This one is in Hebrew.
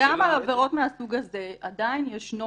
וגם על עבירות מהסוג הזה, עדיין ישנו